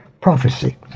prophecy